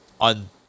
on